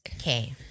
Okay